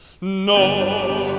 No